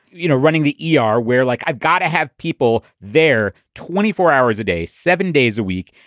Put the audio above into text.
you know, running the e r. where like, i've got to have people there twenty four hours a day, seven days a week.